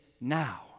now